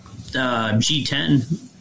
G10